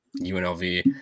UNLV